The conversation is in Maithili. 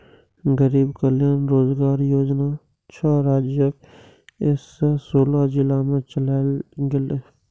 गरीब कल्याण रोजगार योजना छह राज्यक एक सय सोलह जिला मे चलायल गेलै